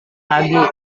lagi